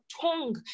tongue